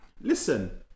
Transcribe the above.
listen